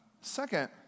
Second